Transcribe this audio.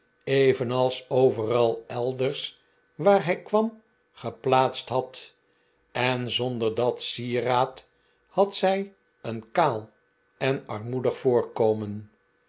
evenals overal elders waar hij kwam geplaatst had en zonder dat sieraad had zij een kaal en armoedig voorkomen